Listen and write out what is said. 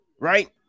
right